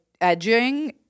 edging